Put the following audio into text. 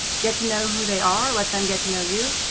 get to know who they are. let then get to know you,